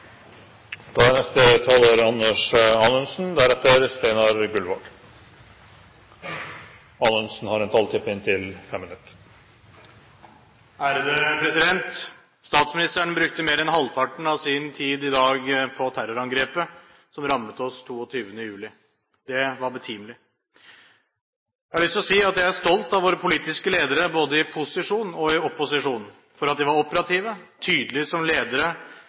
Statsministeren brukte mer enn halvparten av sin tid i dag på terrorangrepet som rammet oss 22. juli. Det var betimelig. Jeg har lyst til å si at jeg er stolt av våre politiske ledere både i posisjon og i opposisjon for at de var operative, tydelige som ledere,